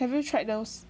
have you tried those